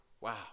Wow